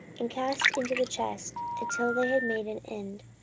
and cast into the chest, until they had made an end.